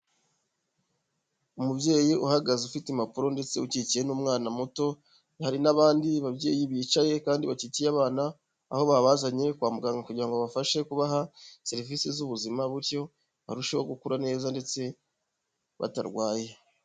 Umubyeyi uhagaze ufite impapuro ndetse ukikiye n'umwana muto, hari n'abandi babyeyi bicaye kandi bakikiye abana aho babazanye kwa muganga kugira ngo babafashe kubaha serivisi z'ubuzima butyo barusheho gukura neza ndetse batarwaye.